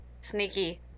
sneaky